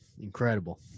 incredible